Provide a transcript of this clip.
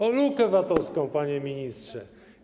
O lukę VAT-owską, panie ministrze.